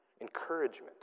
Encouragement